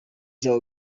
cya